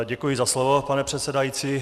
Děkuji za slovo, pane předsedající.